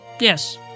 Yes